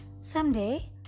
someday